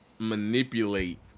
Manipulate